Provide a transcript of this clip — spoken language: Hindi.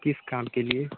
किस काम के लिए